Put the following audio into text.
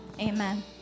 amen